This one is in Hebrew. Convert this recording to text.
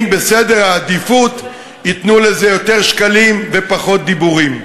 אם בסדר העדיפויות ייתנו לזה יותר שקלים ופחות דיבורים.